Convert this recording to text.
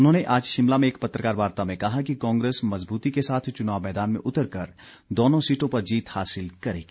उन्होंने आज शिमला में एक पत्रकार वार्ता में कहा कि कांग्रेस मजबूती के साथ चुनाव मैदान में उतर कर दोनों सीटों पर जीत हासिल करेगी